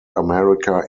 america